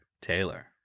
Taylor